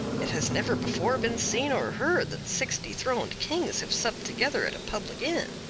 it has never before been seen or heard that six dethroned kings have supped together at a public inn.